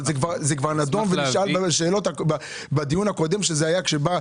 אבל זה כבר נדון ונשאל בשאלות בדיון הקודם שהיה,